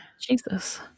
Jesus